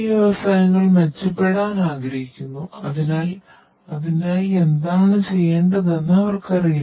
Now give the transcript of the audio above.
ഈ വ്യവസായങ്ങൾ മെച്ചപ്പെടാൻ ആഗ്രഹിക്കുന്നു എന്നാൽ അതിനായി എന്താണ് ചെയ്യേണ്ടതെന്ന് അവർക്ക് അറിയില്ല